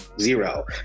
zero